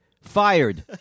fired